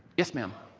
yes, ma'am?